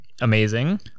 Amazing